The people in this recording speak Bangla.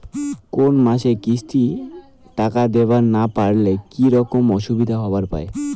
কোনো মাসে কিস্তির টাকা দিবার না পারিলে কি রকম অসুবিধা হবার পায়?